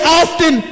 often